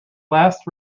last